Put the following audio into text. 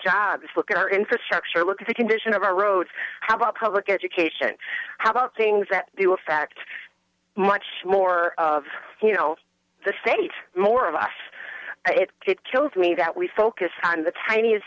jobs look at our infrastructure look at the condition of our roads how about public education how about things that do affect much more of the state more of us it kills me that we focus on the tiniest